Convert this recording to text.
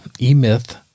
E-Myth